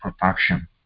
production